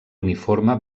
uniforme